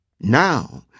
Now